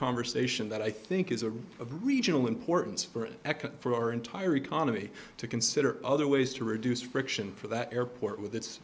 conversation that i think is a regional importance for eka for our entire economy to consider other ways to reduce friction for that airport with it